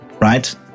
Right